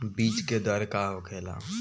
बीज के दर का होखेला?